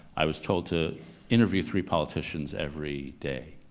i was told to interview three politicians every day.